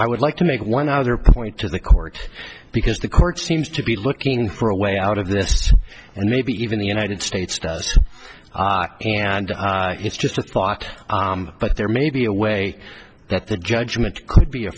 i would like to make one other point to the court because the court seems to be looking for a way out of this and maybe even the united states does and it's just a thought but there may be a way that the judgment could be a